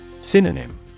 Synonym